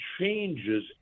changes